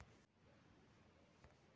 नकदी फसल किस माह उगाई जाती है?